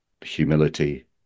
humility